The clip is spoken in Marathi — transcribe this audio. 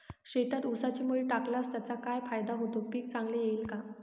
शेतात ऊसाची मळी टाकल्यास त्याचा काय फायदा होतो, पीक चांगले येईल का?